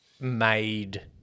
made